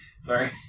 Sorry